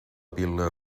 vil·la